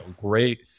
great